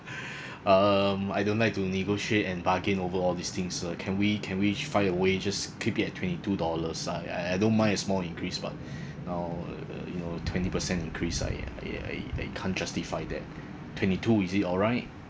um I don't like to negotiate and bargain over all these things so can we can we find a way just keep it at twenty two dollars I I I don't mind a small increase but now uh you know twenty percent increase I uh I I I can't justify that twenty two is it alright